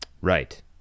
Right